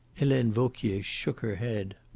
helene vauquier shook her head.